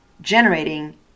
generating